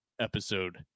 Episode